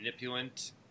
Manipulant